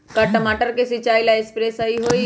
का टमाटर के सिचाई ला सप्रे सही होई?